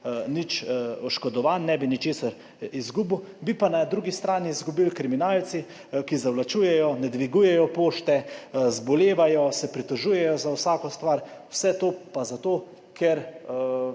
nič oškodovan, ne bi ničesar izgubil, bi pa na drugi strani izgubili kriminalci, ki zavlačujejo, ne dvigujejo pošte, zbolevajo, se pritožujejo za vsako stvar, vse to pa zato, ker